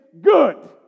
good